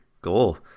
goal